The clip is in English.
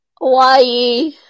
Hawaii